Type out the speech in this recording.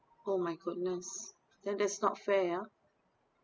oh my goodness then that is not fair ah